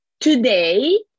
today